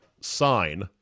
sign